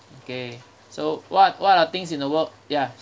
okay so what what are things in the world ya